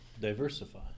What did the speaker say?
diversify